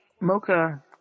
Mocha